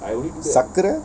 சக்கரை:sakkara